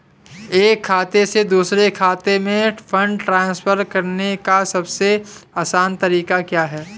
एक खाते से दूसरे खाते में फंड ट्रांसफर करने का सबसे आसान तरीका क्या है?